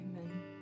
amen